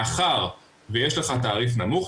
מאחר ויש לך תעריף נמוך,